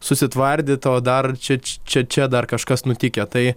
susitvardyt o dar čia čia dar kažkas nutikę tai